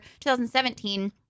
2017